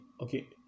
okay